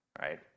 right